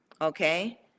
Okay